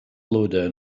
lowdown